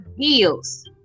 deals